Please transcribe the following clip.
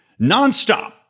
nonstop